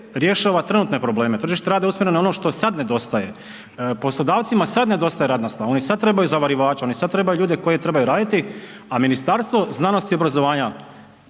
rješava trenutne probleme, tržište rada je usmjereno na ono što sad nedostaje. Poslodavcima sad nedostaje radna snaga, oni sad trebaju zavarivača, oni sad trebaju ljude koji trebaju raditi, a Ministarstvo znanosti i obrazovanja,